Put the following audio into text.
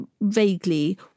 vaguely